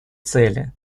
цели